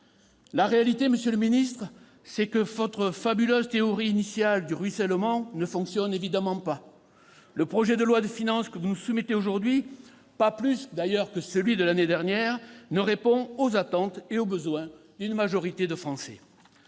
La réalité est que votre « fabuleuse » théorie initiale du ruissellement ne fonctionne évidemment pas. Le projet de loi de finances que vous nous soumettez aujourd'hui, tout comme d'ailleurs celui de l'année dernière, ne répond pas aux attentes et aux besoins d'une majorité de Français.